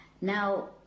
now